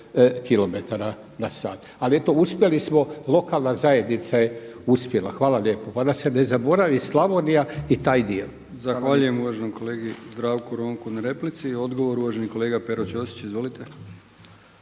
km na sat. Ali eto, uspjeli smo lokalna zajednica je uspjela. Hvala lijepo. A da se ne zaboravi Slavonija i taj dio. **Brkić, Milijan (HDZ)** Zahvaljujem uvaženom kolegi Zdravku Ronku na replici i odgovor uvaženi kolega Pero Ćosić. Izvolite.